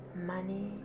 Money